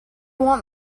want